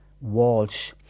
Walsh